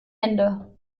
hände